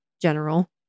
general